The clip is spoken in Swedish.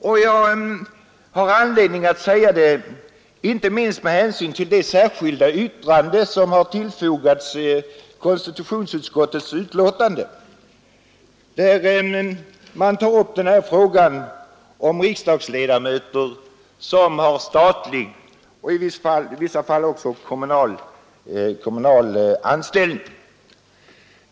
Det har jag anledning att säga inte minst med hänsyn till det särskilda yttrande som fogats till konstitutionsutskottets betänkande, där man tar upp frågan om riksdagsledamöter som har statlig och i vissa fall kommunal anställning.